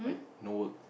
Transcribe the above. no work